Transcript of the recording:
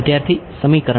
વિદ્યાર્થી સમીકરણ